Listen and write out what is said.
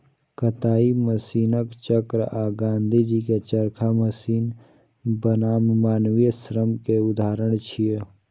कताइ मशीनक चक्र आ गांधीजी के चरखा मशीन बनाम मानवीय श्रम के उदाहरण छियै